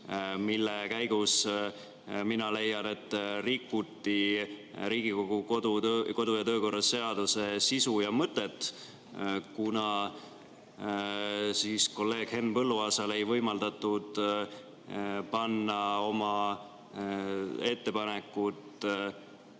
mille käigus, mina leian, rikuti Riigikogu kodu- ja töökorra seaduse sisu ja mõtet, kuna kolleeg Henn Põlluaasal ei võimaldatud teha ettepanekut